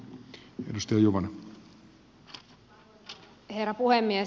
arvoisa herra puhemies